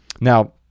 Now